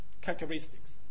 characteristics